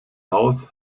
haus